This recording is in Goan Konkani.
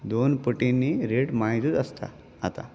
दोन पटींनी रेट मायजूच आसता आतां